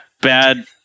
Bad